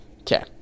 Okay